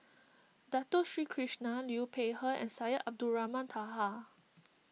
Dato Sri Krishna Liu Peihe and Syed Abdulrahman Taha